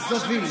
כזבים,